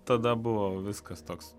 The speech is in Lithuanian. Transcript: tada buvo viskas toks